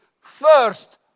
first